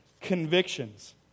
convictions